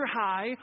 high